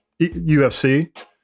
UFC